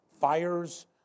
fires